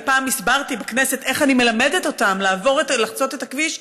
פעם הסברתי בכנסת איך אני מלמדת אותם לחצות את הכביש.